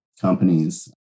companies